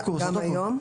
גם היום?